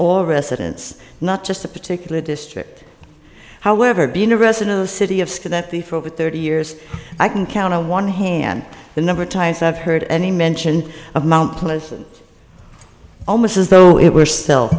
all residents not just a particular district however being a resident of the city of skin that the for over thirty years i can count on one hand the number of times i've heard any mention of mt pleasant almost as though it were s